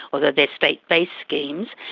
although they're state based schemes.